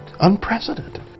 Unprecedented